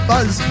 Buzz